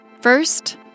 First